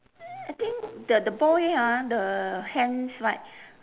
I think the the boy ah the hands right